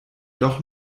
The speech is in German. doch